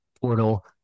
portal